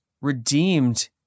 redeemed